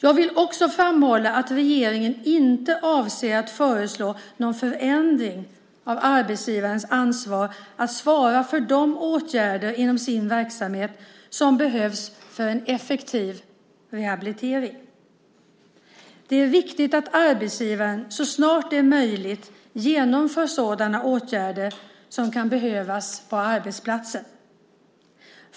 Jag vill också framhålla att regeringen inte avser att föreslå någon förändring av arbetsgivarens ansvar att svara för de åtgärder inom sin verksamhet som behövs för en effektiv rehabilitering. Det är viktigt att arbetsgivaren så snart det är möjligt genomför sådana åtgärder som kan behövas på arbetsplatsen.